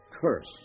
curse